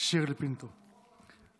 שירלי פינטו קדוש.